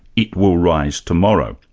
it will rise tomorrow.